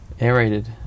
aerated